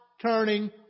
turning